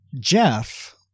Jeff